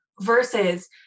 versus